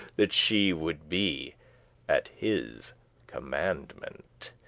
that she would be at his commandement,